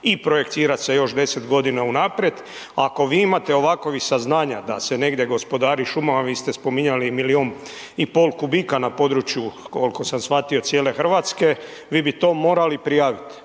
i projekcira se još 10 godina unaprijed. Ako vi imate ovakvih saznanja da se negdje gospodari šumama, vi ste spominjali milijun i pol kubika na području, koliko sam shvatio cijele Hrvatske, vi bi to morali prijaviti